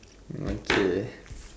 okay